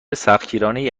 سختگیرانهای